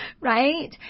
right